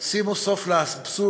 בפורומים שונים, לא אחת,